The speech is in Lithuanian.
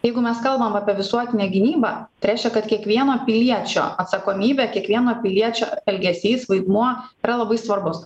jeigu mes kalbam apie visuotinę gynybą tai reiškia kad kiekvieno piliečio atsakomybė kiekvieno piliečio elgesys vaidmuo yra labai svarbus